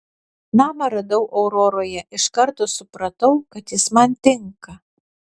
namą radau auroroje iš karto supratau kad jis man tinka